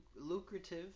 lucrative